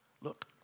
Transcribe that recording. Look